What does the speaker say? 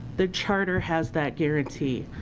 the charter has that guarantee.